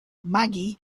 maggie